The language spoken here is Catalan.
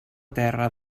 terra